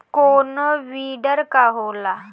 कोनो बिडर का होला?